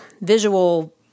visual